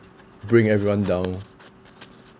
bring everyone down